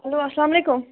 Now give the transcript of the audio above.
hello اَسلامُ علیکُم